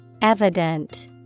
Evident